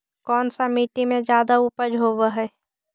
कोन सा मिट्टी मे ज्यादा उपज होबहय?